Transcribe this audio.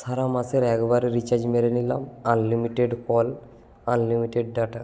সারা মাসের একবারে রিচার্জ মেরে নিলাম আনলিমিটেড কল আনলিমিটেড ডাটা